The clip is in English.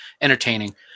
entertaining